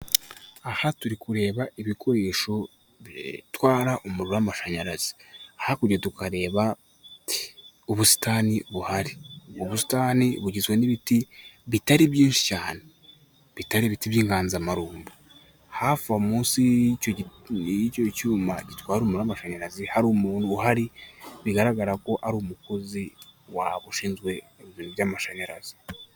Aha turi kureba ibikoresho bitwara umuriro w'amashanyarazi. Hakurya tukareba ubusitani buhari. Ubusitani bugizwe n'ibiti bitari byinshi cyane. Bitari ibiti by'inganzamarumbo. Hafi aho munsi y'icyo cyuma gitwara umuriro w'amamashanyarazi, hari umuntu uhari, bigaragara ko ari umukozi ushinzwe iby'amashanyarazi.